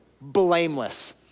blameless